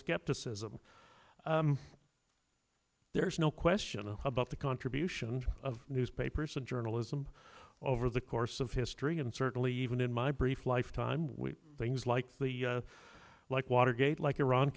skepticism there's no question about the contribution of newspapers and journalism over the course of history and certainly even in my brief lifetime things like the like watergate like iran